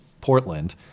Portland